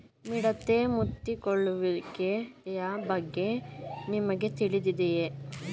ಮಿಡತೆ ಮುತ್ತಿಕೊಳ್ಳುವಿಕೆಯ ಬಗ್ಗೆ ನಿಮಗೆ ತಿಳಿದಿದೆಯೇ?